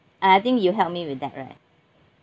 uh I think you help me with that right